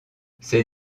ces